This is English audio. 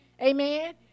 Amen